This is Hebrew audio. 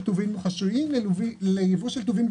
בין אם זה טובין בלתי מוחשיים,